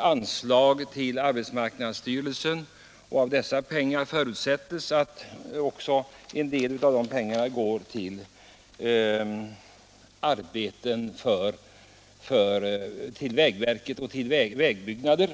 anslag till arbetsmarknadsstyrelsen, och det förutsätts att en del av de pengarna går till arbeten utförda av vägverket, bl.a. vägbyggnader.